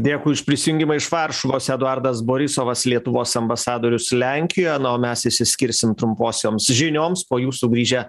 dėkui už prisijungimą iš varšuvos eduardas borisovas lietuvos ambasadorius lenkijoje na o mes išsiskirsim trumposioms žinioms po jų sugrįžę